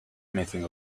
anything